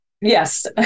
Yes